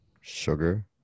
Sugar